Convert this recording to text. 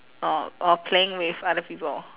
or or playing with other people